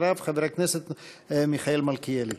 אחריו, חבר הכנסת מיכאל מלכיאלי.